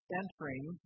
entering